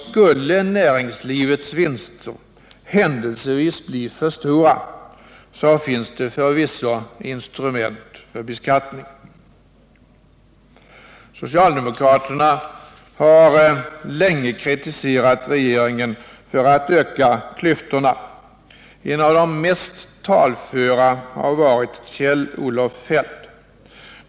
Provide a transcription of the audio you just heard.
Skulle näringslivets vinster händelsevis bli för stora finns det förvisso instrument för beskattning. Socialdemokraterna har länge kritiserat regeringen för att öka klyftorna. En av de mest talföra har varit Kjell-Olof Feldt.